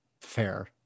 Fair